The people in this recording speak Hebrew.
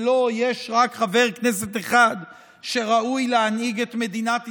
ולא: יש רק חבר כנסת אחד שראוי להנהיג את מדינת ישראל,